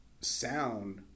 sound